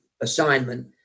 assignment